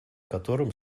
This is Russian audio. которым